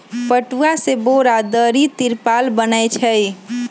पटूआ से बोरा, दरी, तिरपाल बनै छइ